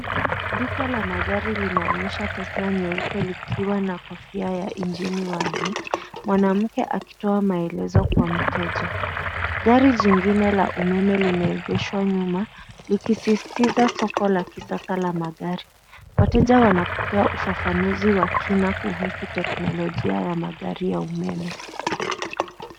Duka la magari linaonyesha Tesla nyeupe likiwa na kofia ya injini wazi mwanamke akitoa maelezo kwa mteja. Gari jingine la umeme limeegeshwa nyuma likisisitiza soko la kisasa la magari. Wateja wanapewa ufafanuzi wa kina kuhusu teknolojia ya magari ya umeme.